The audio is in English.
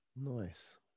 Nice